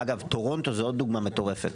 טורונטו זו עוד דוגמה מטורפת.